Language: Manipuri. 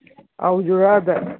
ꯑꯧ ꯖꯨꯔꯥꯗ